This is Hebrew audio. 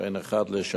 בין 1 ל-3,